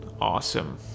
awesome